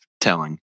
telling